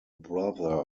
brother